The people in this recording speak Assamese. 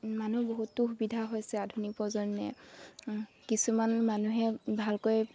মানুহ বহুতো সুবিধা হৈছে আধুনিক প্ৰজননে কিছুমান মানুহে ভালকৈ